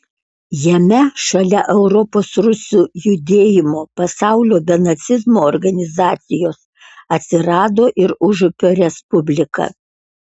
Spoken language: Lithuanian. jame šalia europos rusų judėjimo pasaulio be nacizmo organizacijos atsirado ir užupio respublika